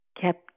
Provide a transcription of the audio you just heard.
kept